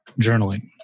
journaling